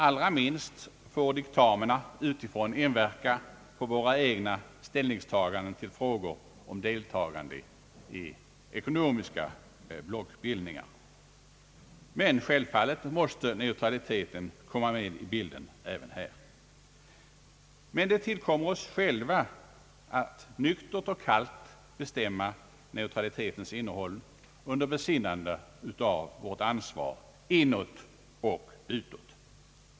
Allra minst får diktamina utifrån inverka på våra egna ställningstaganden till frågor om deltagande i ekonomiska blockbildningar. Självfallet måste neutraliteten beaktas även här. Men det tillkommer oss själva att nyktert och kallt bestämma neutralitetens innehåll under besinnande av vårt ansvar inåt och utåt.